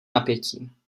napětí